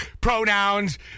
pronouns